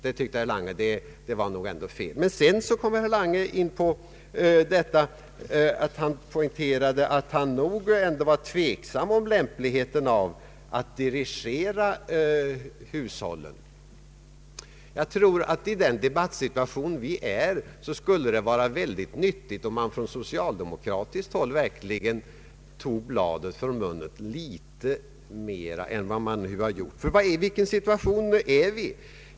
Detta var nog ändå fel, tyckte herr Lange. Men sedan poängterade herr Lange att han ändå var tveksam om lämpligheten av att dirigera hushållen. I den debattsituation vi befinner oss i tror jag att det skulle vara nyttigt om man från socialdemokratiskt håll verkligen tog bladet från munnen litet mera än vad man nu har gjort. I vilken situation är vi?